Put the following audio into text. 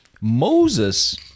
Moses